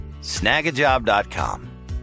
Snagajob.com